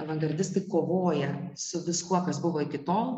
avangardistai kovoja su viskuo kas buvo iki tol